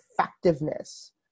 effectiveness